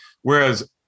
whereas